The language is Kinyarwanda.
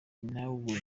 nawe